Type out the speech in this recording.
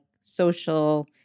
social